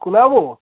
କୁନା ବାବୁ